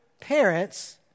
parents